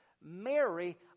Mary